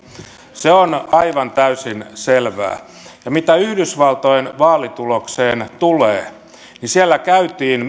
se on aivan täysin selvää mitä yhdysvaltojen vaalitulokseen tulee niin siellä käytiin